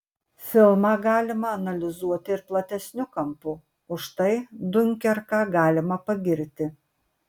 filmą galima analizuoti ir platesniu kampu už tai diunkerką galima pagirti